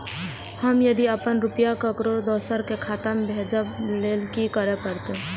हम यदि अपन रुपया ककरो दोसर के खाता में भेजबाक लेल कि करै परत?